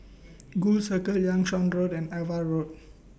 Gul Circle Liang Seah Road and AVA Road